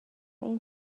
این